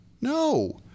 No